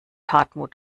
hartmut